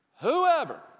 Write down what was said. whoever